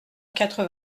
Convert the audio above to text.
quatre